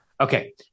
Okay